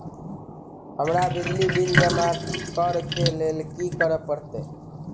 हमरा बिजली बिल जमा करऽ केँ लेल की करऽ पड़त?